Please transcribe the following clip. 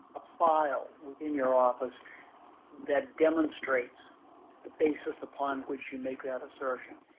a file within your office that demonstrates the basis upon which you make that assertion.